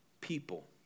people